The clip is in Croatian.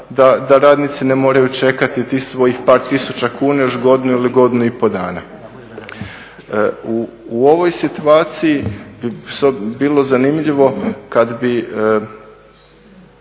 da radnici ne moraju čekati tih svojih par tisuća kuna još godinu ili godinu i pol dana. U ovoj situaciji bi bilo zanimljivo kad bi